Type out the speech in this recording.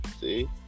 see